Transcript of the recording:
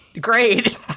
great